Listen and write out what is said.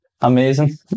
Amazing